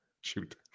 shoot